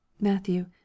matthew